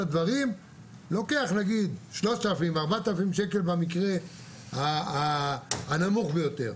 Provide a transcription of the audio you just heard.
הדברים לוקח 3,000-4,000 שקל במקרה הנמוך ביותר.